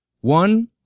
One